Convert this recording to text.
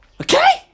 Okay